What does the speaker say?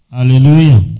Hallelujah